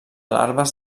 larves